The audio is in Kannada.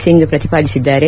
ಸಿಂಗ್ ಪ್ರತಿಪಾದಿದ್ದಾರೆ